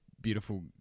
beautiful